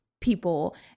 people